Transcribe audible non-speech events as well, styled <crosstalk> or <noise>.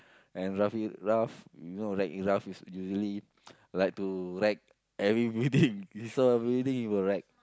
and Ralph it Ralph you know Wreck-It-Ralph is usually like to wreck every building <laughs> he saw a building he will wreck